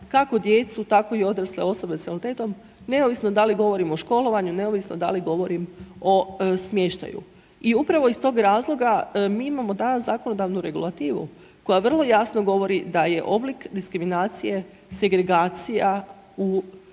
kako djecu tako i odrasle osobe sa invaliditetom neovisno da li govorimo o školovanju, neovisno da li govorim o smještaju. I upravo iz tog razloga mi imamo da zakonodavnu regulativu koja vrlo jasno govori da je oblik diskriminacije, segregacija u svakom